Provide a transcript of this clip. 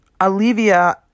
Olivia